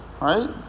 right